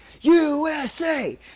USA